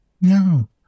No